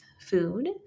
food